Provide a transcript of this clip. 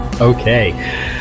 Okay